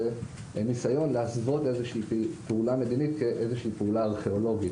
מניסיון להסוות איזה שהיא פעולה מדינית כאיזה שהיא פעולה ארכיאולוגית.